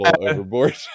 overboard